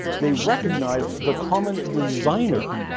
they recognized the common designer,